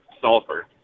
sulfur